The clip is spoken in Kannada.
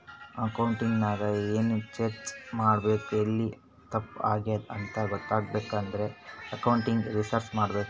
ಅಕೌಂಟಿಂಗ್ ನಾಗ್ ಎನ್ ಚೇಂಜ್ ಮಾಡ್ಬೇಕ್ ಎಲ್ಲಿ ತಪ್ಪ ಆಗ್ಯಾದ್ ಅಂತ ಗೊತ್ತಾಗ್ಬೇಕ ಅಂದುರ್ ಅಕೌಂಟಿಂಗ್ ರಿಸರ್ಚ್ ಮಾಡ್ಬೇಕ್